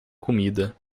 comida